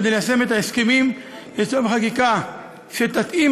כדי ליישם את ההסכמים יש צורך בחקיקה שתתאים